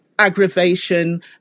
aggravation